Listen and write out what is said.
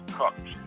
cooks